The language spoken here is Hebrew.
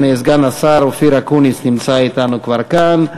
הנה, סגן השר אופיר אקוניס נמצא אתנו כבר כאן,